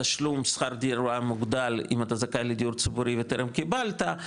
תשלום שכר דירה מוגדל אם אתה זכאי לדיור ציבורי וטרם קיבלת.